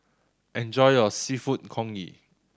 enjoy your Seafood Congee